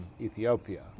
Ethiopia